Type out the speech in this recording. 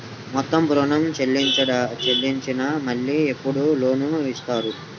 మొత్తం ఋణం చెల్లించినాక మళ్ళీ ఎప్పుడు లోన్ ఇస్తారు?